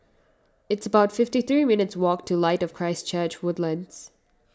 it's about fifty three minutes' walk to Light of Christ Church Woodlands